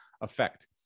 effect